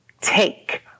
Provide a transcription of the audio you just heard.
take